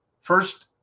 First